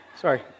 Sorry